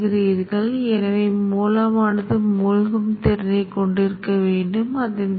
நான் ஏற்கனவே மின்காந்த மின்மாற்றிக்கான மாதிரியை சேர்த்துள்ளேன்